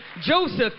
Joseph